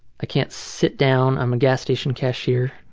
ah can't sit down. i'm a gas station cashier.